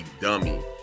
dummy